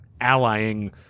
allying